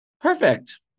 Perfect